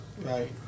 Right